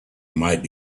might